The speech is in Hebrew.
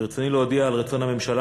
ברצוני להודיע על רצון הממשלה